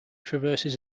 traverses